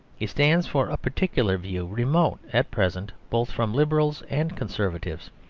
he stands for a particular view, remote at present both from liberals and conservatives.